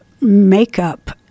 makeup